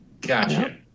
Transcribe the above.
gotcha